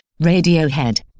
Radiohead